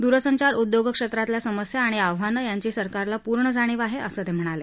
दूरसंचार उद्योगक्षेत्रातल्या समस्या आणि आव्हानं यांची सरकारला पूर्ण जाणीव आहे असं ते म्हणाले